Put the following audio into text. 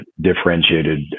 differentiated